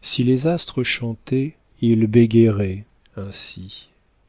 si les astres chantaient ils bégaieraient ainsi